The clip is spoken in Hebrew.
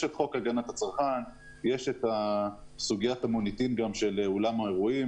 יש את חוק הגנת הצרכן ואת סוגיית המוניטין של האולם.